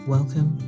Welcome